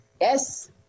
Yes